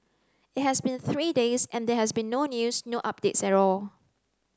it has been three days and there has been no news no updates at all